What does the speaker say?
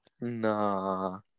Nah